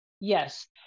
Yes